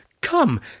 Come